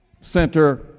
center